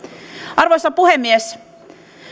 arvoisa puhemies